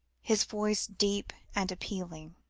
his voice deep and appealing.